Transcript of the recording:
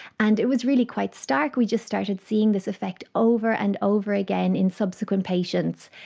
and it was really quite stark, we just started seeing this effect over and over again in subsequent patients,